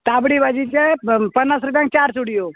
तांबडी भाजीचे पन्नास रुपयांक चार चुडयो